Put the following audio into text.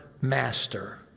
master